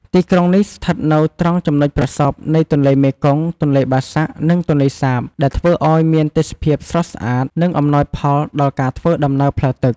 ទីក្រុងនេះស្ថិតនៅត្រង់ចំណុចប្រសព្វនៃទន្លេមេគង្គ ទន្លេបាសាក់ និងទន្លេសាប ដែលធ្វើឱ្យមានទេសភាពស្រស់ស្អាត និងអំណោយផលដល់ការធ្វើដំណើរផ្លូវទឹក។